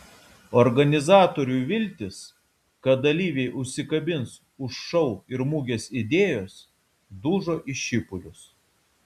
organizatorių viltys kad dalyviai užsikabins už šou ir mugės idėjos dužo į šipulius